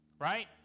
right